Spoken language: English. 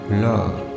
love